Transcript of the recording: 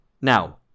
Now